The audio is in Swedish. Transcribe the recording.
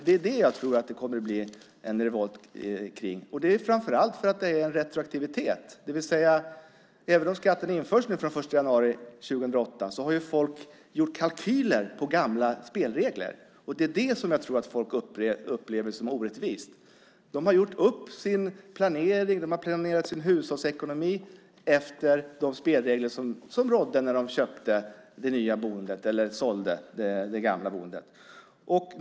Det är det som jag tror att det kommer att bli en revolt kring. Det är framför allt för att det är en retroaktivitet, det vill säga även om skatten införs nu från den 1 januari 2008 så har folk gjort kalkyler på gamla spelregler. Det är det som jag tror att folk upplever som orättvist. De har gjort upp sin planering. De har planerat sin hushållsekonomi efter de spelregler som rådde när de sålde det gamla boendet.